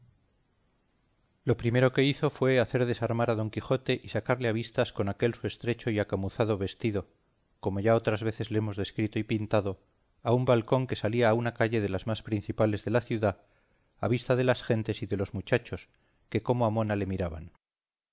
lo primero que hizo fue hacer desarmar a don quijote y sacarle a vistas con aquel su estrecho y acamuzado vestido como ya otras veces le hemos descrito y pintado a un balcón que salía a una calle de las más principales de la ciudad a vista de las gentes y de los muchachos que como a mona le miraban